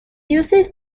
uses